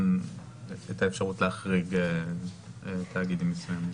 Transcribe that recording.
את האפשרות להחריג תאגידים מסוימים.